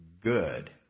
good